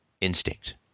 instinct